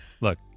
Look